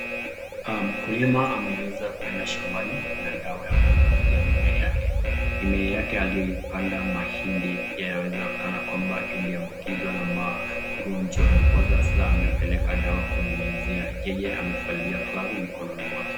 Mkulima ameweza kuenda shambani na dawa ya kunyunyizia mimea yake, mimea yake aliyoipanda mahindi yawezakana kwamba iliambukizwa na magonjwa ndiposa sasa amepeleka dawa kunyunyizia, yeye amevalia glavu mikononi mwake.